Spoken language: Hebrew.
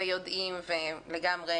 יודעים ולגמרי